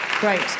Great